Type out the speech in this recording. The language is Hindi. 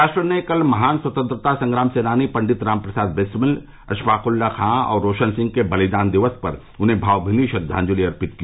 राष्ट्र ने कल महान स्वतंत्रता संग्राम सेनानी पंडित राम प्रसाद बिस्मिल अशफाकउल्ला खां और रोशन सिंह के बलिदान दिवस पर उन्हे भावभीनी श्रद्वांजलि अर्पित की